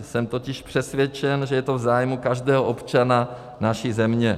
Jsem totiž přesvědčen, že je to v zájmu každého občana naší země.